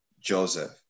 Joseph